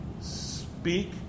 speak